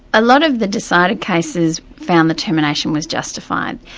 a lot of the decider cases found the termination was justified.